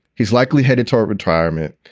he's likely headed toward retirement.